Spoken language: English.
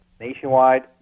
nationwide